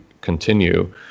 continue